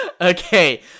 okay